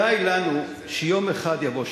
די לנו שיום אחד יבוא שלום,